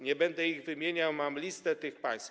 Nie będę ich wymieniał, mam listę tych państw.